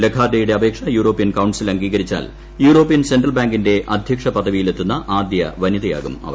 ലഗാർഡേയുടെ അപേക്ഷ European council അറ്റുട്ടീകരിച്ചാൽ European central ബാങ്കിന്റെ അധ്യക്ഷ പദ്ധിയില്ലെത്തുന്ന ആദ്യ വനിതയാകും അവർ